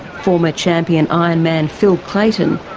former champion ironman, phil clayton,